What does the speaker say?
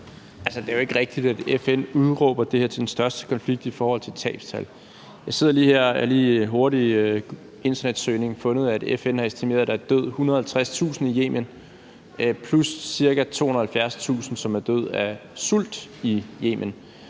det er jo ikke rigtigt, at FN udråber det her til den største konflikt i forhold til tabstal. Jeg sidder lige her og laver en hurtig internetsøgning og har fundet, at FN har estimeret, at der døde 150.000 i Yemen plus ca. 270.000, som døde af sult i Yemen.